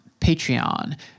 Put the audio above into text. Patreon